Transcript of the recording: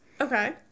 Okay